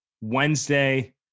Wednesday